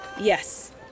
Yes